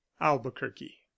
Albuquerque